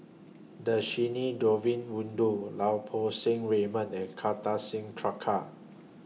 Dhershini Govin Winodan Lau Poo Seng Raymond and Kartar Singh Thakral